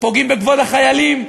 פוגעים בכבוד החיילים,